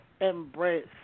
embrace